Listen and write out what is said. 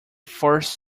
first